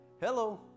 Hello